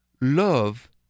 Love